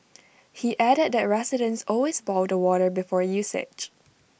he added that residents always boil the water before usage